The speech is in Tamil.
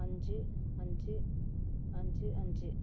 அஞ்சு அஞ்சு அஞ்சு அஞ்சு